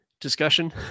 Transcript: discussion